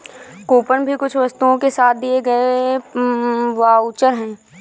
coupon भी कुछ वस्तुओं के साथ दिए गए वाउचर है